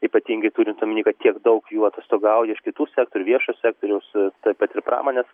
ypatingai turint omeny kad tiek daug jų atostogauja iš kitų sektorių viešo sektoriaus taip pat ir pramonės